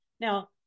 Now